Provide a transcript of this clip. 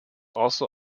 also